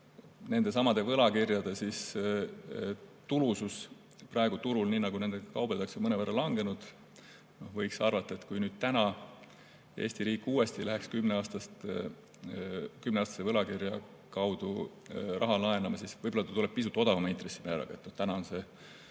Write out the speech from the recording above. nendesamade võlakirjade tulusus praegu turul, nii nagu nendega kaubeldakse, mõnevõrra langenud. Võiks arvata, et kui täna Eesti riik uuesti läheks 10-aastase võlakirja alusel raha laenama, siis võib-olla ta tuleb pisut väiksema intressimääraga.